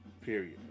period